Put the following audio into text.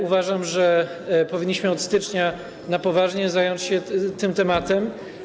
Uważam, że powinniśmy od stycznia na poważnie zająć się tym tematem.